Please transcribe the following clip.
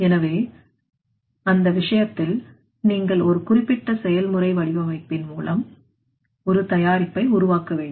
எனவே அந்த விஷயத்தில் நீங்கள் ஒரு குறிப்பிட்ட செயல்முறை வடிவமைப்பின் மூலம் ஒரு தயாரிப்பை உருவாக்க வேண்டும்